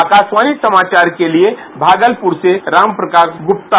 आकाशवाणी समाचार के लिए भागलपुर से रामप्रकाश गुप्ता